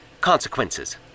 consequences